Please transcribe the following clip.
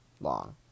long